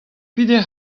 peder